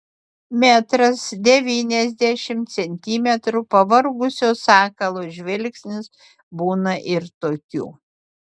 metras devyniasdešimt centimetrų pavargusio sakalo žvilgsnis būna ir tokių